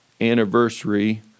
anniversary